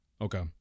Okay